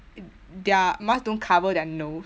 their mask don't cover their nose